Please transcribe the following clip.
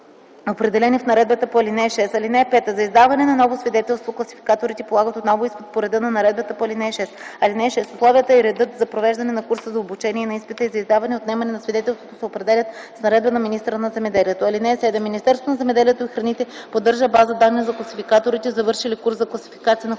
ал. 6. (5) За издаване на ново свидетелство класификаторите полагат отново изпит по реда на наредбата по ал. 6. (6) Условията и редът за провеждане на курса за обучение и на изпита за издаване и отнемане на свидетелството се определят с наредба на министъра на земеделието и храните. (7) Министерството на земеделието и храните поддържа база данни за класификаторите, завършили курс за класификация на кланични